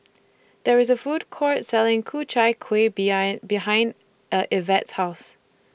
There IS A Food Court Selling Ku Chai Kueh behind Evette's House